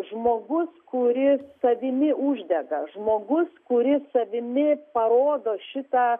žmogus kuris savimi uždega žmogus kuris savimi parodo šitą